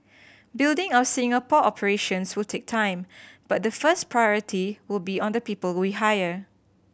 building our Singapore operations will take time but the first priority will be on the people we hire